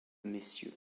messieurs